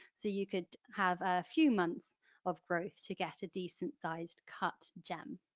so you could have a few months of growth to get a decent sized cut gem.